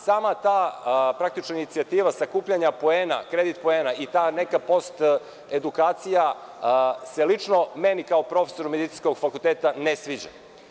Sama ta praktično inicijativa sakupljanja poena, kredit poena i ta neka post edukacija se lično meni kao profesoru medicinskog fakulteta ne sviđa.